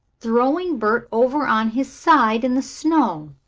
throwing bert over on his side in the snow.